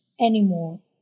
anymore